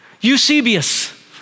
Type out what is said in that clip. Eusebius